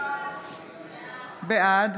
בעד